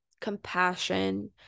compassion